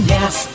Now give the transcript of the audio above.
Yes